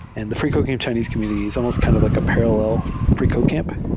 and the freecodecamp chinese community is almost kind of like a parallel freecodecamp.